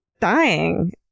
dying